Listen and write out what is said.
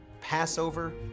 Passover